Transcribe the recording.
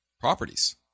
properties